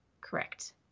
Correct